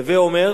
הווי אומר